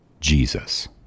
Jesus